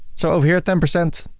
so over here ten percent,